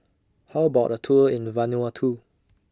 How about A Tour in Vanuatu